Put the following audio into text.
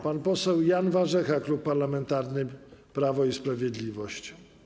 Pan poseł Jan Warzecha, Klub Parlamentarny, Prawo i Sprawiedliwość.